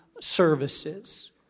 services